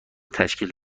تشکیل